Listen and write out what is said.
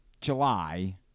July